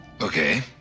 Okay